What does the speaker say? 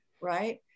right